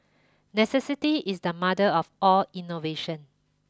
necessity is the mother of all innovation